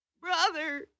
Brother